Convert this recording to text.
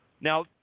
now